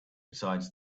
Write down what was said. besides